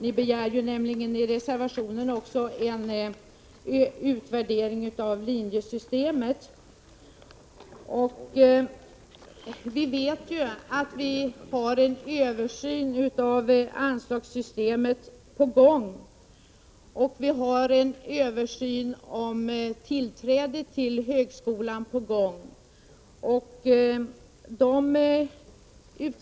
I reservationen begärs nämligen också en utvärdering av linjesystemet. Som vi känner till pågår en översyn av anslagssystemet och en översyn av reglerna för tillträde till högskolan.